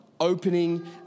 opening